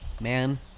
man